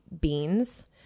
beans